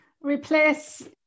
Replace